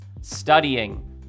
Studying